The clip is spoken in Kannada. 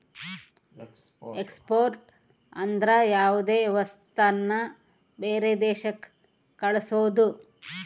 ಎಕ್ಸ್ಪೋರ್ಟ್ ಅಂದ್ರ ಯಾವ್ದೇ ವಸ್ತುನ ಬೇರೆ ದೇಶಕ್ ಕಳ್ಸೋದು